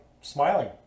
smiling